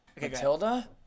Matilda